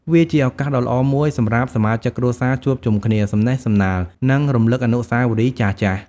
វាជាឱកាសដ៏ល្អមួយសម្រាប់សមាជិកគ្រួសារជួបជុំគ្នា សំណេះសំណាល និងរំលឹកអនុស្សាវរីយ៍ចាស់ៗ។